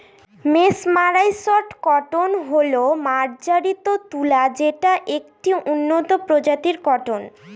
mesmerised cotton হল মার্জারিত তুলা যেটা একটি উন্নত প্রজাতির কটন